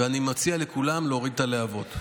אני מציע לכולם להוריד את הלהבות.